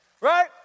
right